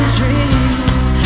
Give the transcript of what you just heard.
dreams